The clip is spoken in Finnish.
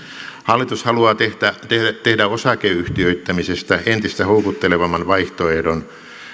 hallitus haluaa tehdä osakeyhtiöittämisestä entistä houkuttelevamman vaihtoehdon